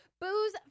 booze